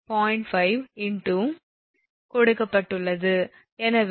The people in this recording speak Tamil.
எனவே 𝑊𝑖1